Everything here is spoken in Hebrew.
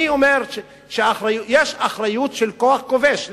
אני אומר שיש אחריות של כוח כובש.